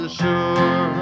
sure